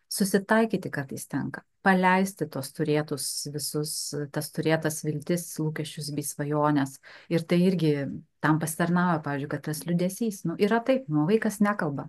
susitaikyti kartais tenka paleisti tuos turėtus visus tas turėtas viltis lūkesčius bei svajones ir tai irgi tam pasitarnavo pavyzdžiui kad tas liūdesys yra taip nu vaikas nekalba